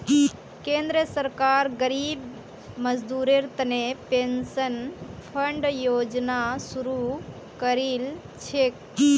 केंद्र सरकार गरीब मजदूरेर तने पेंशन फण्ड योजना शुरू करील छेक